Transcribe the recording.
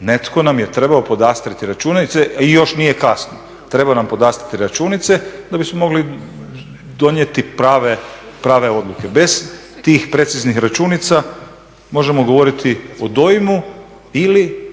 Netko nam je trebao podastrijeti računice i još nije kasno. Treba nam podastrijeti računice da bismo mogli donijeti prave odluke. Bez tih preciznih računica možemo govoriti o dojmu ili